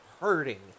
hurting